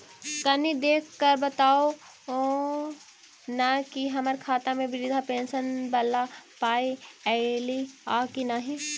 कनि देख कऽ बताऊ न की हम्मर खाता मे वृद्धा पेंशन वला पाई ऐलई आ की नहि?